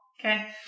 okay